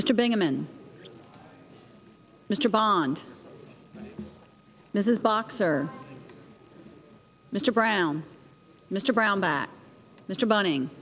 mr bingaman mr bond mrs boxer mr brown mr brownback mr bunn